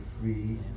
free